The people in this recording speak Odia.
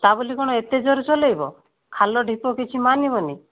ତା' ବୋଲି କ'ଣ ଏତେ ଜୋର ଚଲାଇବ ଖାଲ ଢିପ କିଛି ମାନିବନାହିଁ